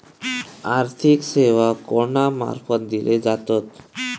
आर्थिक सेवा कोणा मार्फत दिले जातत?